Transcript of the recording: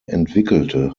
entwickelte